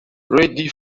ready